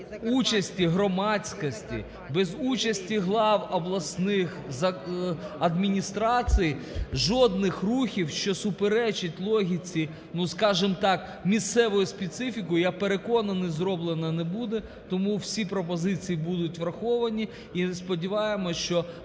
участі громадськості, без участі глав обласних адміністрацій жодних рухів, що суперечать логіці, ну, скажем так, місцевої специфіки, я переконаний, зроблено не буде. Тому всі пропозиції будуть враховані. І сподіваємось, що